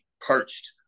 Perched